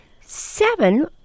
seven